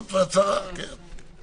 ספקים וכל השוהים במוסד וכן של הלומדים או